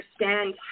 understand